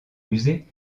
musées